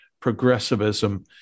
progressivism